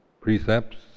precepts